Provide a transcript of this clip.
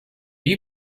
you